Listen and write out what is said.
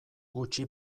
gutxi